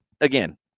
again